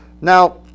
Now